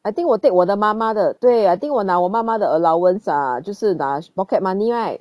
I think 我 take 我的妈妈的对 I think 我拿我妈妈的 allowance ah 就是拿 pocket money right